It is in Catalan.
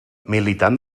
militant